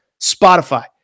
Spotify